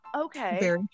okay